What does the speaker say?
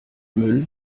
müll